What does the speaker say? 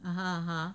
(uh huh)